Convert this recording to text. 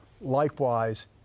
likewise